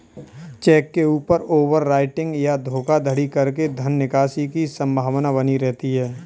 check के ऊपर overwriting या धोखाधड़ी करके धन निकासी की संभावना बनी रहती है